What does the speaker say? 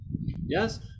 yes